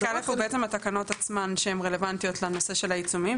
חלק א' הוא בעצם התקנות עצמן שהן רלוונטיות לנושא של העיצומים.